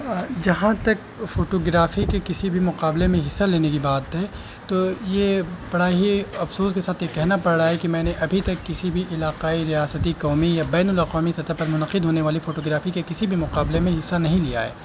جہاں تک فوٹوگرافی کے کسی بھی مقابلے میں حصہ لینے کی بات ہے تو یہ پڑا ہی افسوس کے ساتھ یہ کہنا پڑ رہا ہے کہ میں نے ابھی تک کسی بھی علاقائی ریاستی قومی یا بین الاقومی سطح پر منعد ہونے والی فوٹوگرافی کے کسی بھی مقابلے میں حصہ نہیں لیا ہے